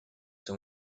son